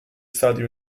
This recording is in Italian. stati